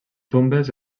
tombes